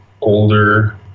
older